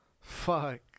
Fuck